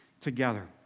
together